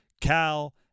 Cal